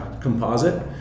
composite